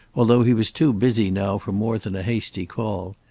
although he was too busy now for more than a hasty call.